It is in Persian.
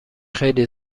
خیلی